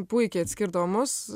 puikiai atskirdavo mus